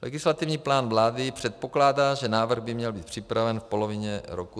Legislativní plán vlády předpokládá, že návrh by měl být připraven v polovině roku 2019.